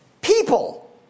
people